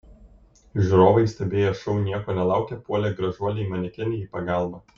žiūrovai stebėję šou nieko nelaukę puolė gražuolei manekenei į pagalbą